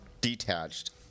detached